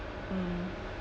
mm